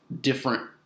different